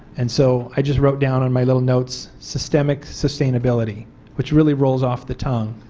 and so i just wrote down in my little notes systemic sustainability which really rolls off the tongue.